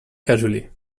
casually